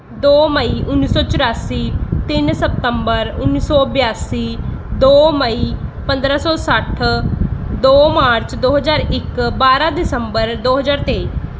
ਦੋ ਮਈ ਉੱਨੀ ਸੌ ਚੁਰਾਸੀ ਤਿੰਨ ਸਪਤੰਬਰ ਉੱਨੀ ਸੌ ਬਿਆਸੀ ਦੋ ਮਈ ਪੰਦਰਾਂ ਸੌ ਸੱਠ ਦੋ ਮਾਰਚ ਦੋ ਹਜ਼ਾਰ ਇੱਕ ਬਾਰਾਂ ਦਸੰਬਰ ਦੋ ਹਜ਼ਾਰ ਤੇਈ